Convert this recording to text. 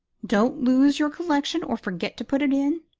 don't lose your collection or forget to put it in.